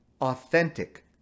authentic